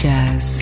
Jazz